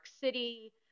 city